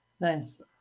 Nice